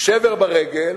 משבר ברגל